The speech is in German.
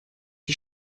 die